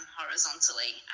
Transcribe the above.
horizontally